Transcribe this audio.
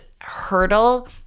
hurdle